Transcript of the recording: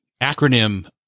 acronym